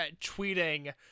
tweeting